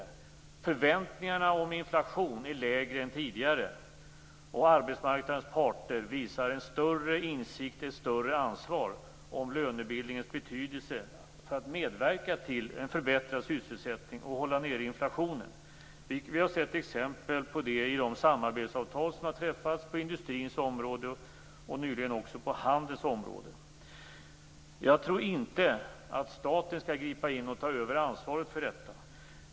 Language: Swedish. Inflationsförväntningarna är lägre än tidigare. Arbetsmarknadens parter visar en större insikt och ett större ansvar om lönebildningens betydelse för att medverka till en förbättrad sysselsättning och hålla nere inflationen. Det har vi sett exempel på genom de samarbetsavtal som har träffats på industrins område och nyligen också på handelns område. Jag tror inte att staten skall gripa in och ta över ansvaret för lönebildningen.